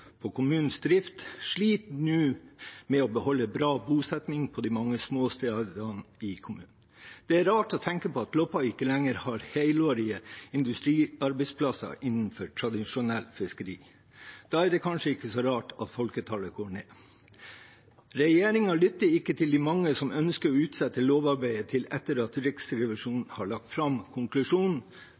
på kommunens drift, sliter nå med å beholde bra bosetting på de mange småstedene i kommunen. Det er rart å tenke på at Loppa ikke lenger har helårige industriarbeidsplasser innenfor tradisjonelt fiskeri. Da er det kanskje ikke så rart at folketallet går ned. Regjeringen lytter ikke til de mange som ønsker å utsette lovarbeidet til etter at Riksrevisjonen har lagt fram konklusjonen